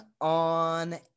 on